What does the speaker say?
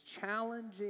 challenging